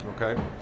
okay